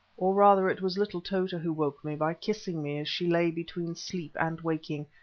or rather it was little tota who woke me by kissing me as she lay between sleep and waking,